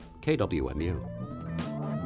KWMU